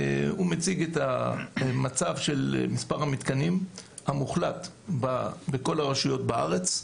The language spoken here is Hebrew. הוא מציג את מצב מספר המתקנים המוחלט בכל הרשויות בארץ,